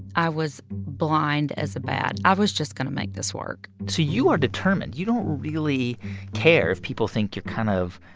i was blind as a bat. i was just going to make this work so you are determined. you don't really care if people think you kind of,